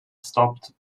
stopped